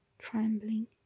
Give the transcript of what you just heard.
Trembling